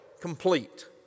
Complete